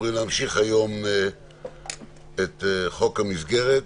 אמורים להמשיך היום את "חוק המסגרת"